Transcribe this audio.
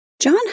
John